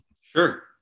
Sure